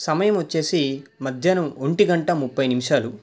సమయం వచ్చి మధ్యాహ్నం ఒంటిగంట ముప్పై నిమిషాలు